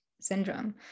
syndrome